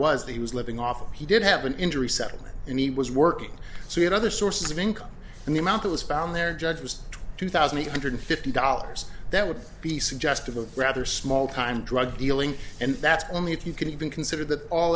that he was living off he did have an injury settlement and he was working so he had other sources of income and the amount that was found there judge was two thousand eight hundred fifty dollars that would be suggestive of rather small time drug dealing and that's only if you can even consider that all